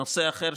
נושא אחר,